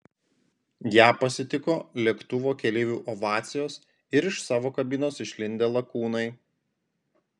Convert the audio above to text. ją pasitiko lėktuvo keleivių ovacijos ir iš savo kabinos išlindę lakūnai